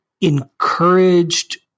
encouraged